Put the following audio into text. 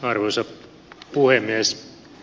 arvoisa puhemies